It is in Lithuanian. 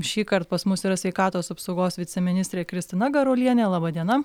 šįkart pas mus yra sveikatos apsaugos viceministrė kristina garuolienė laba diena